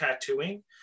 tattooing